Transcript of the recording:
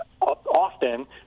often